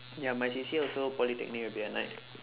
ya my C_C_A also polytechnic will be at night